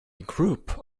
group